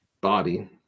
body